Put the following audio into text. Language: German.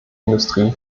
industrie